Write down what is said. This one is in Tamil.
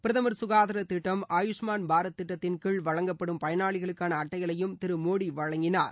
பிரதமர் ககாதார திட்டம் ஆயுஷ்மான் பாரத் திட்டத்தின் கீழ் வழங்கப்படும் பயனாளிகளுக்கான அட்டைகளையும் திரு மோடி வழங்கினார்